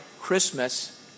Christmas